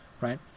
right